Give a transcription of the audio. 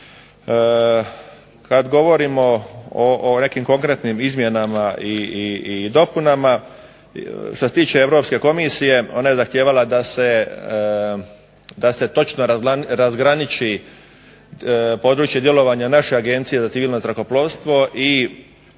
Kada govorimo o nekim konkretnim izmjenama i dopunama što se tiče Europske komisije ona je zahtijevala da se točno razgraniči područje djelovanja naše Agencije za civilno zrakoplovstvo i